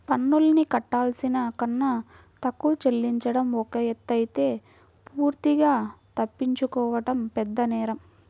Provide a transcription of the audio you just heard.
పన్నుల్ని కట్టాల్సిన కన్నా తక్కువ చెల్లించడం ఒక ఎత్తయితే పూర్తిగా తప్పించుకోవడం పెద్దనేరం